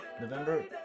November